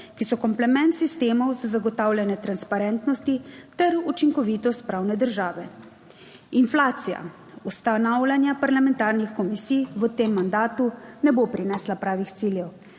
ki so komplement sistemov za zagotavljanje transparentnosti ter učinkovitost pravne države. Inflacija ustanavljanja parlamentarnih komisij v tem mandatu ne bo prinesla pravih ciljev.